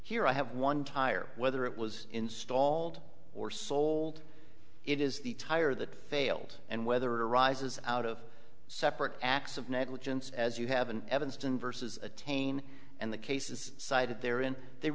here i have one tire whether it was installed or sold it is the tire that failed and whether arises out of separate acts of negligence as you have an evanston versus attain and the cases cited there in the